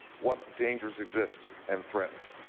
what dangers exist and threats?